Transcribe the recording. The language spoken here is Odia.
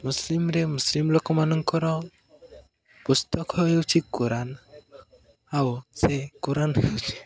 ମୁସଲିମ୍ରେ ମୁସଲିମ୍ ଲୋକମାନଙ୍କର ପୁସ୍ତକ ହେଉଛିି କୁରାନ୍ ଆଉ ସେ କୁରାନ୍ ହେଉଛିି